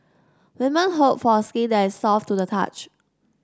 women hope for a skin that is soft to the touch